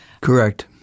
Correct